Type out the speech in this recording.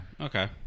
Okay